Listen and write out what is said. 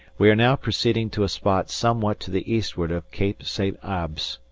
we are now proceeding to a spot somewhat to the eastward of cape st. abbs,